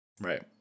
Right